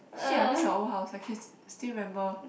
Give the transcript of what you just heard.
shit ah I miss your old house I can still remember